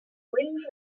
wind